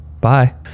bye